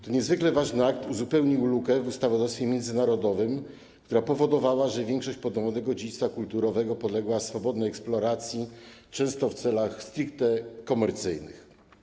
Ten niezwykle ważny akt uzupełnił lukę w ustawodawstwie międzynarodowym, która powodowała, że większość podwodnego dziedzictwa kulturowego podległa swobodnej eksploracji, często w celach stricte komercyjnych.